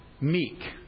meek